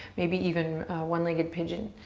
maybe even one-legged pigeon.